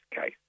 case